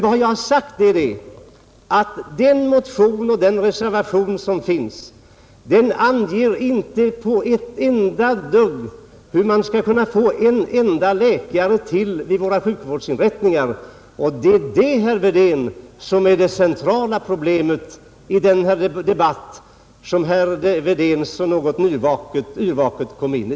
Vad jag sagt är att den motion och den reservation som finns inte på ett enda sätt anger hur man skall kunna få en enda läkare till vid våra sjukvårdsinrättningar. Detta är det centrala problemet i den debatt som herr Wedén något yrvaket kom in i.